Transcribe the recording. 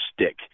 stick